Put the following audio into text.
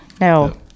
No